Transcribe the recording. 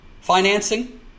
financing